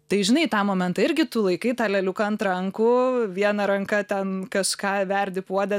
tai žinai tą momentą irgi tu laikai tą leliuką ant rankų viena ranka ten kaš ką verdi puode